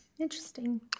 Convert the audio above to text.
Interesting